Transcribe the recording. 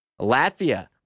Latvia